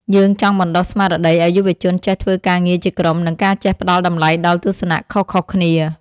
យើងចង់បណ្ដុះស្មារតីឱ្យយុវជនចេះធ្វើការងារជាក្រុម និងការចេះផ្ដល់តម្លៃដល់ទស្សនៈខុសគ្នាៗ។